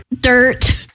dirt